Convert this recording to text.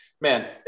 man